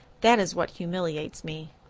that is what humiliates me.